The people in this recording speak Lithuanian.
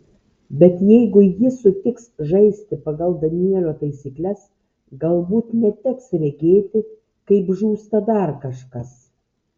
bet jeigu ji sutiks žaisti pagal danielio taisykles galbūt neteks regėti kaip žūsta dar kažkas